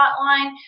hotline